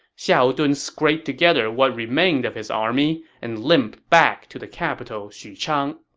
xiahou dun scraped together what remained of his army and limped back to the capital xuchang